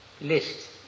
list